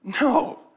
No